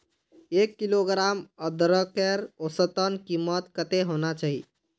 एक किलोग्राम अदरकेर औसतन कीमत कतेक होना चही?